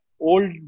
old